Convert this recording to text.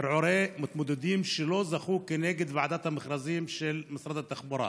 ערעורי מתמודדים שלא זכו כנגד ועדת המכרזים של משרד התחבורה